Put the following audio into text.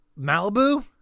Malibu